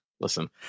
Listen